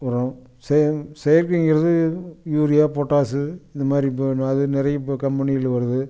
உரம் செய செயற்கைங்கிறது யூரியா பொட்டாஷு இது மாதிரி போடணும் அதே நிறைய இப்போ கம்பெனிகள் வருது